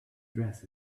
dress